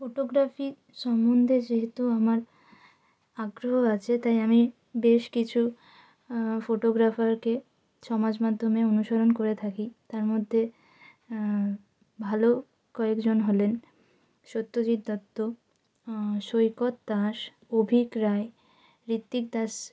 photography সম্বন্ধে যেহেতু আমার আগ্রহ আছে তাই আমি বেশ কিছু ফোটোগ্রাফারকে সমাজমাধ্যমে অনুসরণ করে থাকি তার মধ্যে ভালো কয়েকজন হলেন সত্যজিৎ দত্ত সৈকত দাস অভীক রায় ঋত্বিক দাস